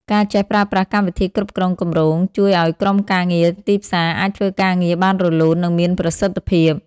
ការចេះប្រើប្រាស់កម្មវិធីគ្រប់គ្រងគម្រោងជួយឱ្យក្រុមការងារទីផ្សារអាចធ្វើការងារបានរលូន និងមានប្រសិទ្ធភាព។